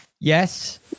Yes